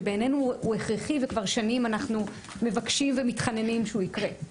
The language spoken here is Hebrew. שבעיננו הוא הכרחי וכבר שנים אנחנו מבקשים ומתחננים שהוא יקרה.